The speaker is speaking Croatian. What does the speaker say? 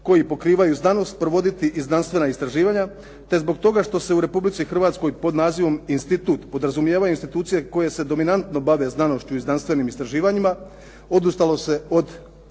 koji pokrivaju znanost provoditi i znanstvena istraživanja te zbog toga što se u Republici Hrvatskoj pod nazivom institut podrazumijevaju institucije koje se dominantno bave znanošću i znanstvenim istraživanjima, odustalo se od